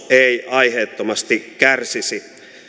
aiheettomasti kärsisi